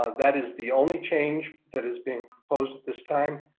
ah that is the only change that is being proposed at this time.